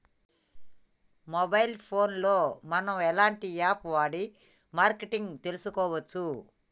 Mobile phone లో మనం ఎలాంటి యాప్ వాడి మార్కెటింగ్ తెలుసుకోవచ్చు?